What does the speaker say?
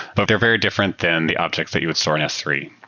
but they're very different than the objects that you would store in s three.